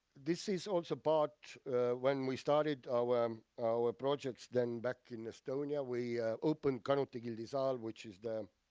this is also part when we started our um our projects then back in estonia, we open kanuti gildi saal, which is the,